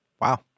Wow